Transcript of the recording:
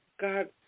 God